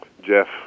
Jeff